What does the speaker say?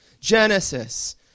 Genesis